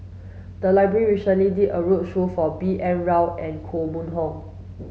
the library recently did a roadshow for B N Rao and Koh Mun Hong